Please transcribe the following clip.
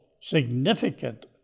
significant